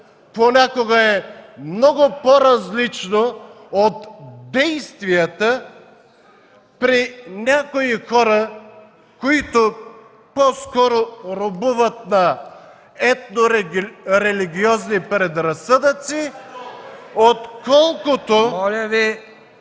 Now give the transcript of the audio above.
понякога е много по-различно от действията при някои хора, които по-скоро робуват на етно-религиозни предразсъдъци (реплики от